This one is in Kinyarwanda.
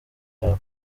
yawe